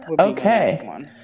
Okay